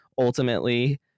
ultimately